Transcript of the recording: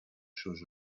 sus